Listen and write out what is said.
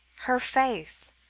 her face,